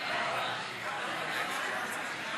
ההצעה להעביר